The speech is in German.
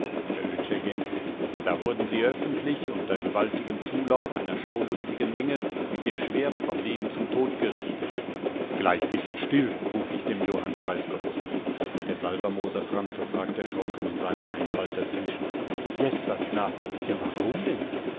der oetsch ergänzt da wurden sie öffentlich unter gewaltigem zulauf einer schaulustigen menge mit dem schwert vom leben zum tod gerichtet gleich bist still ruf ich dem johann preisgott zu der salvermoser franzl fragt erschrocken in seiner einfalt dazwischen jessas na ja warum denn